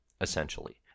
essentially